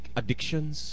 addictions